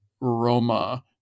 Roma